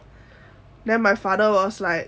then my father was like